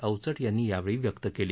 अवचट यांनी यावेळी व्यक्त केली